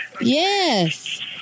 Yes